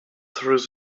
through